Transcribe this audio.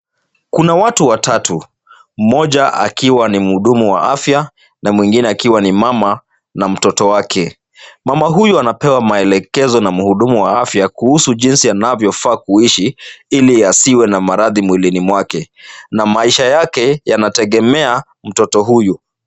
Kuna watu watatu. Mmoja akiwa ni mhudumu wa afya na mwingine akiwa ni mama na mtoto wake. Mama huyu anapewa maelekezo na mhudumu wa afya kuhusu jinsi anavyofaa kuishi, ili asiwe na maradhi mwilini mwake na maisha yake yanategemea mtoto huyu.